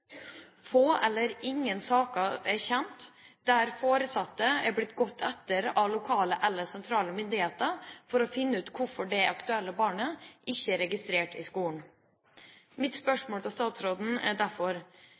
Få eller ingen saker er kjent der foresatte er blitt gått etter av lokale eller sentrale myndigheter for å finne ut hvorfor det aktuelle barnet ikke er registrert i skolen. Mitt spørsmål til statsråden er derfor: